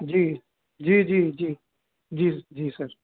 जी जी जी जी जी जी सर